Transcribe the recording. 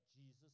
Jesus